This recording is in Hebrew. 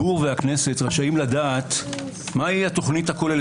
והכנסת רשאים לדעת מהי התוכנית הכוללת.